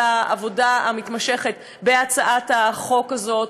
על העבודה המתמשכת על הצעת החוק הזאת,